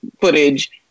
footage